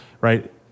right